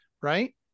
right